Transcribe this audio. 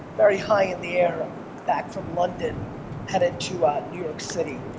very high in the air back from london headed to ah new york city.